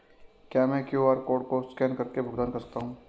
क्या मैं QR code को स्कैन करके भुगतान कर सकता हूं?